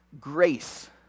grace